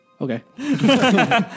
Okay